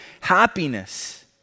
happiness